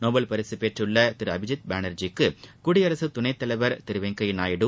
Nobel பரிசு பெற்றுள்ள திரு அபிஜித் பானா்ஜிக்கு குடியரசு துணைத்தலைவா் திரு வெங்கையா நாயுடு